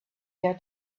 their